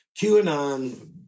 QAnon